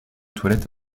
toilettes